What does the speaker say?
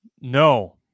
No